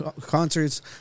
concerts